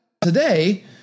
today